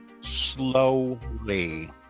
Slowly